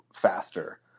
faster